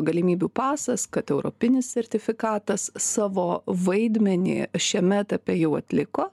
galimybių pasas kad europinis sertifikatas savo vaidmenį šiame etape jau atliko